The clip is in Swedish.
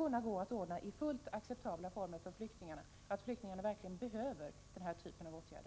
borde gå att ordna i för flyktingarna fullt acceptabla former. De behöver verkligen den här typen av åtgärder.